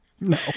No